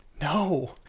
no